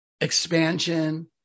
expansion